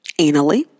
anally